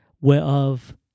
whereof